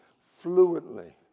fluently